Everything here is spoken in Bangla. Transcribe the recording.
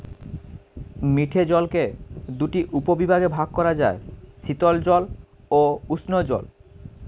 মিঠে জলকে দুটি উপবিভাগে ভাগ করা যায়, শীতল জল ও উষ্ঞ জল